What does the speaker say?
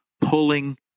pulling